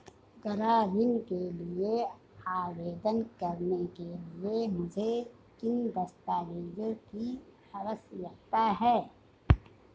गृह ऋण के लिए आवेदन करने के लिए मुझे किन दस्तावेज़ों की आवश्यकता है?